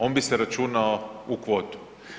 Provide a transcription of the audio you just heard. On bi se računao u kvotu.